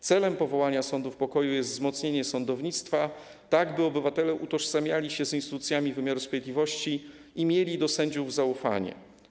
Celem powołania sądów pokoju jest wzmocnienie sądownictwa, tak by obywatele utożsamiali się z instytucjami wymiaru sprawiedliwości i mieli do sędziów zaufanie.